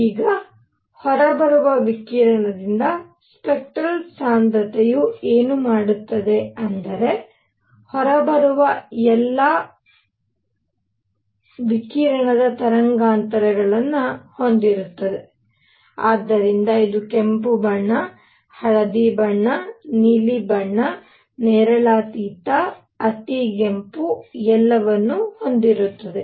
ಈಗ ಹೊರಬರುವ ವಿಕಿರಣದಿಂದ ಸ್ಪೆಕ್ಟರಲ್ ಸಾಂದ್ರತೆಯು ಏನು ಮಾಡುತ್ತದೆಯೆಂದರೆ ಹೊರಬರುವ ವಿಕಿರಣವು ಎಲ್ಲಾ ತರಂಗಾಂತರಗಳನ್ನು ಹೊಂದಿರುತ್ತದೆ ಆದ್ದರಿಂದ ಇದು ಕೆಂಪು ಬಣ್ಣ ಹಳದಿ ಬಣ್ಣ ನೀಲಿ ಬಣ್ಣ ನೇರಳಾತೀತ ಅತಿಗೆಂಪು ಎಲ್ಲವನ್ನೂ ಹೊಂದಿರುತ್ತದೆ